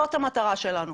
זאת המטרה שלנו.